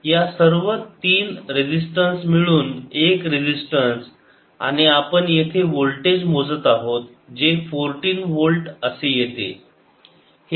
या सर्व तीन रेजिस्टन्स मिळून एक रेजिस्टन्स आणि आपण येथे वोल्टेज मोजत आहोत जे फोर्टीन वोल्ट असे येते